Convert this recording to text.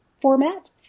format